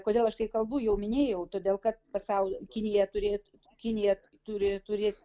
kodėl aš taip kalbu jau minėjau todėl kad pasaulyje kinija turėtų kinija turi turėt